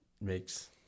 makes